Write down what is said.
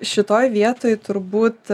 šitoj vietoj turbūt